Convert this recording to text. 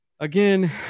Again